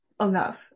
enough